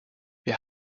wir